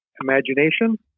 imagination